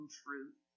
truth